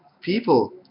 people